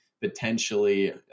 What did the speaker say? potentially